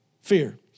Fear